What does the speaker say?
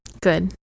Good